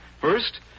First